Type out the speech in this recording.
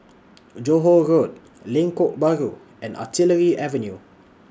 Johore Road Lengkok Bahru and Artillery Avenue